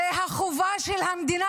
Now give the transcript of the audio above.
זו החובה של המדינה,